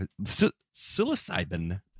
psilocybin